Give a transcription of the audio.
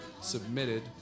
submitted